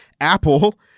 Apple